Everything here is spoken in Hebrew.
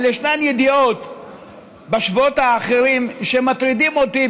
אבל ישנן ידיעות בשבועות האחרים שמטרידות אותי,